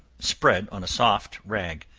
spread on a soft rag.